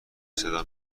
صدا